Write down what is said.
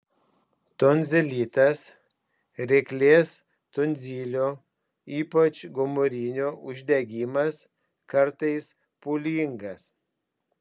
tonzilitas ryklės tonzilių ypač gomurinių uždegimas kartais pūlingas